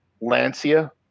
Lancia